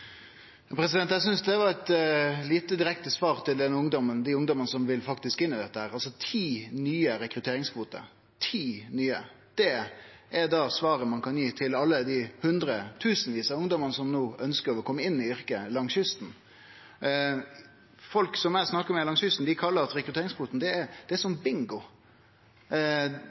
det var eit lite direkte svar til dei ungdommane som faktisk vil inn i dette. Ti nye rekrutteringskvoter er altså svaret ein kan gi til alle dei tusenvis av ungdommane langs kysten som no ønskjer å kome inn i yrket. Folk som eg snakkar med langs kysten, seier at rekrutteringskvota er som bingo – ein sender inn ein søknad, og så er det heilt bingo